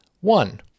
One